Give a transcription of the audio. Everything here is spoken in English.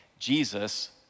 Jesus